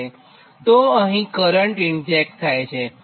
તો કરંટ અહીં ઇંજેક્ટ થાય છે